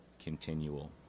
continual